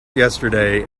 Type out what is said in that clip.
yesterday